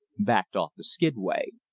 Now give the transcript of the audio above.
backed off the skidway.